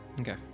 Okay